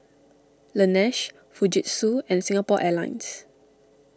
Laneige Fujitsu and Singapore Airlines